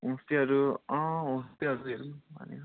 होमस्टेहरू होमस्टेहरू हेरौँ भनेको